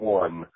one